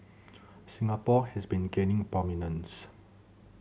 Singapore has been gaining prominence